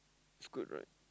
it's good right